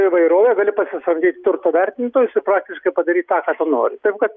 įvairovė gali pasisamdyt turto vertintojus ir praktiškai padarys tą ką tu nori taip kad